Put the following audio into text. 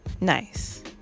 nice